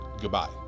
Goodbye